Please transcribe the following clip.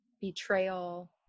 betrayal